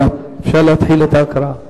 אפשר להתחיל את ההקראה.